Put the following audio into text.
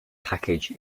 package